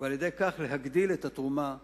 וכך להגדיל את התרומה לעמותה.